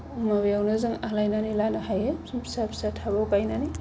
माबायावनो जों आलायानानै लानो हायो फिसा फिसा थाबाव गायनानै